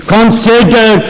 Consider